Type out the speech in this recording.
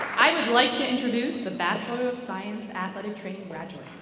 i would like to introduce the bachelor of science athletic training graduates.